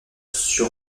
sur